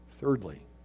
Thirdly